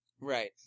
Right